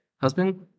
husband